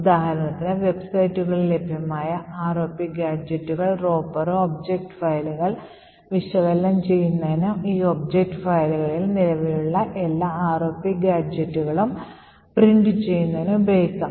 ഉദാഹരണത്തിന് വെബ്സൈറ്റുകളിൽ ലഭ്യമായ ROP ഗാഡ്ജെറ്റും റോപ്പറും ഒബ്ജക്റ്റ് ഫയലുകൾ വിശകലനം ചെയ്യുന്നതിനും ഈ ഒബ്ജക്റ്റ് ഫയലുകളിൽ നിലവിലുള്ള എല്ലാ ROP ഗാഡ്ജെറ്റുകളും പ്രിന്റുചെയ്യുന്നതിനും ഉപയോഗിക്കാം